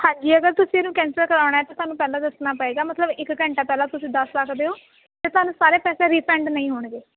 ਹਾਂਜੀ ਅਗਰ ਤੁਸੀਂ ਇਹਨੂੰ ਕੈਂਸਲ ਕਰਾਉਣਾ ਤਾਂ ਤੁਹਾਨੂੰ ਪਹਿਲਾਂ ਦੱਸਣਾ ਪਏਗਾ ਮਤਲਬ ਇੱਕ ਘੰਟਾ ਪਹਿਲਾਂ ਤੁਸੀਂ ਦਸ ਸਕਦੇ ਹੋ ਅਤੇ ਤੁਹਾਨੂੰ ਸਾਰੇ ਪੈਸੇ ਰੀਫੰਡ ਨਹੀਂ ਹੋਣਗੇ